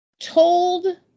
told